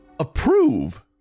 ...approve